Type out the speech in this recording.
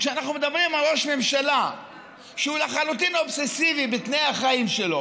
כשאנחנו מדברים על ראש ממשלה שהוא לחלוטין אובססיבי לתנאי החיים שלו,